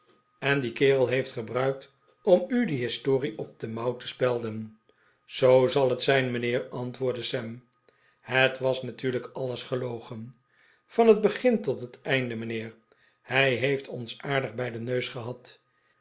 en dien kerel heeft gebruikt om u die historie op de mouw te spelden he zoo zal het zijn mijnheer antwoordde sam het was natuurlijk alles gelogen van het begin tot het einde mijnheer hij heeft ons aardig bij den neus gehad